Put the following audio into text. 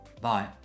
Bye